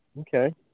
Okay